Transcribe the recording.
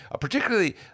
particularly